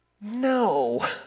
No